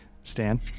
stan